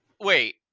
wait